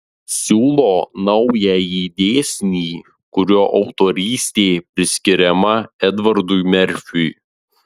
siūlo naująjį dėsnį kurio autorystė priskiriama edvardui merfiui